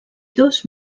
dos